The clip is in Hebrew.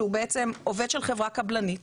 שהוא בעצם עובד של חברה קבלנית,